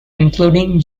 including